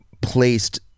placed